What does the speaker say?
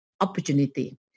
opportunity